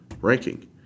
ranking